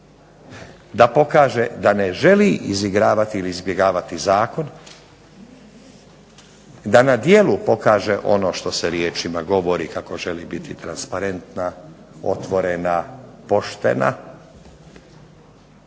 da pokaže da ne želi izbjegavati ili izigravati zakon, da na djelu pokaže ono što se riječima govori kako želi biti transparentna, otvorena, poštena,